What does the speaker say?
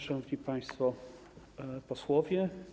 Szanowni Państwo Posłowie!